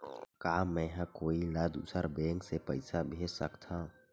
का मेंहा कोई ला दूसर बैंक से पैसा भेज सकथव?